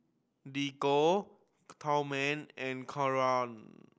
Diego Tillman and Clora